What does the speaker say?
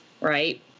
right